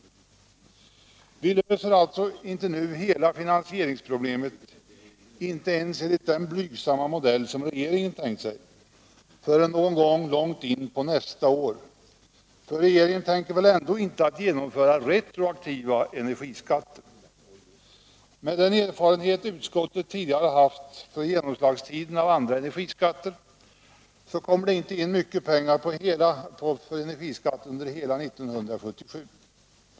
Vi löser alltså inte hela finansieringsproblemet ens enligt den blygsamma modell som regeringen tänkt sig förrän någon gång långt in på nästa år, för regeringen tänker väl ändå inte genomföra retroaktiva energiskatter. Enligt den erfarenhet utskottet tidigare har haft beträffande genomslagstiden vid andra energiskatter kommer det inte in mycket pengar på energiskatten under hela 1977.